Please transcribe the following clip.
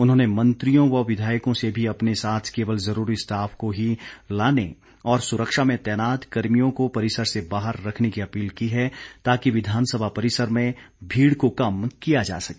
उन्होंने मंत्रियों व विधायकों से भी अपने साथ केवल जरूरी स्टॉफ को ही लाने और सुरक्षा में तैनात कर्मियों को परिसर से बाहर रखने की अपील की है ताकि विधानसभा परिसर में भीड़ को कम किया जा सके